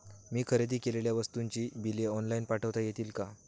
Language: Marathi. मी खरेदी केलेल्या वस्तूंची बिले ऑनलाइन पाठवता येतील का?